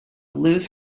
lose